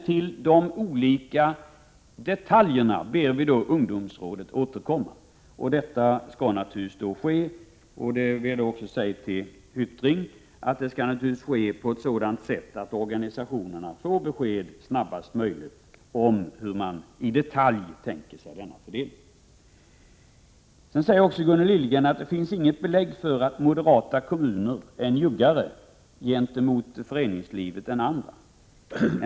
Till detaljerna ber vi ungdomsrådet återkomma, och detta skall naturligtvis då ske — det vill jag säga också till Jan Hyttring — på ett sådant sätt att organisationerna får besked snabbast möjligt om hur man i detalj tänker sig denna fördelning. Gunnel Liljegren säger också att det finns inget belägg för att moderata kommuner är njuggare gentemot föreningslivet än andra.